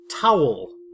Towel